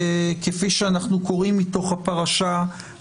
כפי שאנחנו קוראים מתוך הפרשה,